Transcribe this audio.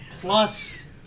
plus